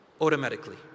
automatically